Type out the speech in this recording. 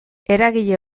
eragile